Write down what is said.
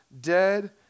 dead